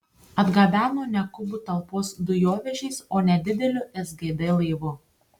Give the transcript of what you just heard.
atgabeno ne kubų talpos dujovežiais o nedideliu sgd laivu